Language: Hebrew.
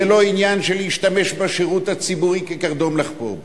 זה לא עניין של להשתמש בשירות הציבורי כקרדום לחפור בו.